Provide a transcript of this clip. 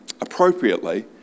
appropriately